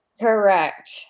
Correct